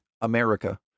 America